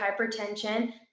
hypertension